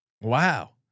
Wow